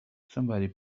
somebody